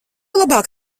labāk